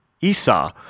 Esau